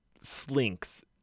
slinks